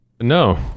No